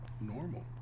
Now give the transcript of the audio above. normal